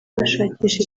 bashakisha